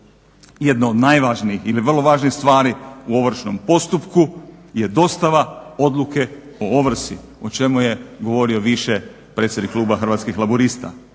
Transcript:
Jedna od najvažnijih ili vrlo važnih stvari u ovršnom postupku je dostava odluke o ovrsi o čemu je govorio više predsjednik kluba Hrvatskih laburista.